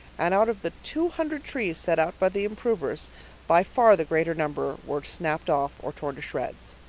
and out of the two hundred trees set out by the improvers by far the greater number were snapped off or torn to shreds.